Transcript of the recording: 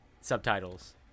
subtitles